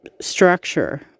structure